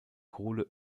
kohle